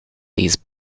these